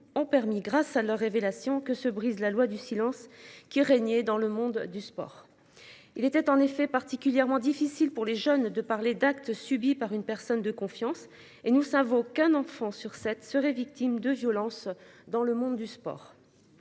ont permis grâce à leur révélation que se brise la loi du silence qui régnait dans le monde du sport. Il était en effet particulièrement difficile pour les jeunes de parler d'actes subis par une personne de confiance et nous savons qu'un enfant sur 7 serait victime de violences dans le monde du sport.